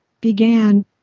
began